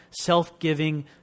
self-giving